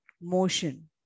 motion